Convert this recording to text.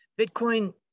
bitcoin